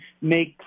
make